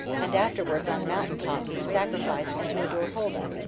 and afterwards on mountain-tops to sacrifice and to adore holda,